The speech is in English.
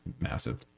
massive